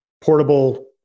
portable